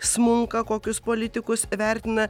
smunka kokius politikus vertina